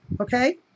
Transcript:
Okay